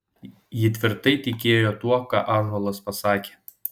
ji tvirtai tikėjo tuo ką ąžuolas pasakė